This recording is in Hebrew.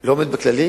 לא עומד בכללים,